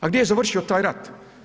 A gdje je završio taj rat?